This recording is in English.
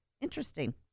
Interesting